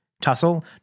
tussle